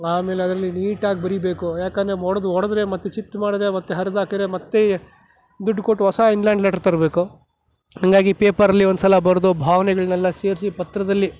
ಆಮೇಲೆ ಅದರಲ್ಲಿ ನೀಟಾಗಿ ಬರಿಬೇಕು ಯಾಕಂದರೆ ಮೊಡ್ದ್ ಹೊಡ್ದ್ರೆ ಮತ್ತೆ ಚಿತ್ತು ಮಾಡಿದರೆ ಮತ್ತೆ ಹರ್ದಾಕಿದ್ರೆ ಮತ್ತೆ ದುಡ್ಡು ಕೊಟ್ಟು ಹೊಸ ಇನ್ಲ್ಯಾಂಡ್ ಲೆಟರ್ ತರಬೇಕು ಹಾಗಾಗಿ ಪೇಪರಲ್ಲಿ ಒಂದ್ಸಲ ಬರೆದು ಭಾವನೆಗಳನ್ನೆಲ್ಲ ಸೇರಿಸಿ ಪತ್ರದಲ್ಲಿ